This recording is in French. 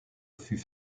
fut